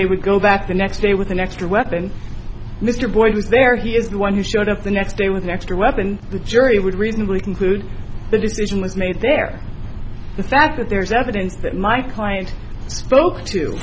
they would go back the next day with an extra weapon mr boyd was there he is the one who showed up the next day with an extra weapon the jury would reasonably conclude the decision was made there the fact that there's evidence that my client spoke to